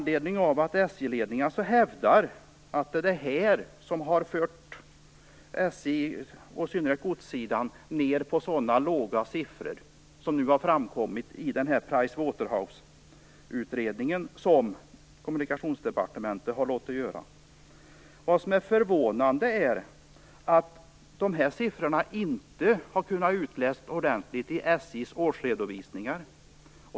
ledningen hävdar att det är detta som har fört SJ, och i synnerhet godssidan, ned till dessa låga siffror som nu har framkommit i Price Waterhouse-utredningen som Kommunikationsdepartementet har låtit göra. Det förvånande är att dessa siffror inte har kunnat utläsas ordentligt i SJ:s årsredovisningar.